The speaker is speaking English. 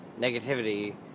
negativity